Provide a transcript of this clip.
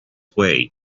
way